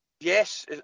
Yes